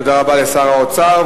תודה רבה לשר האוצר.